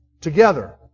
together